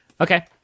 Okay